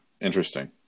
Interesting